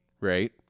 right